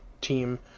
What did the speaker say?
team –